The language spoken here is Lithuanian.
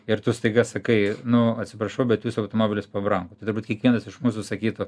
ir tu staiga sakai nu atsiprašau bet jūsų automobilis pabrango tai turbūt kiekvienas iš mūsų sakytų